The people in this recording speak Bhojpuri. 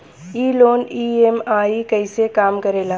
ई लोन ई.एम.आई कईसे काम करेला?